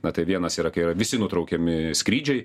na tai vienas yra kai yra visi nutraukiami skrydžiai